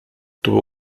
tuvo